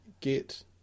get